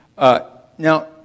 Now